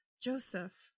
Joseph